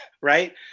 right